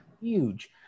huge